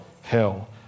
hell